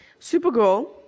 Supergirl